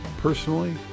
personally